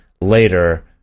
later